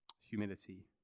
Humility